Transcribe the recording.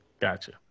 Gotcha